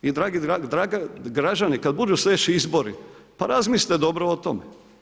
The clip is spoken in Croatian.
I dragi građani, kad budu slijedeći izbori, pa razmislite dobro o tom.